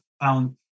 found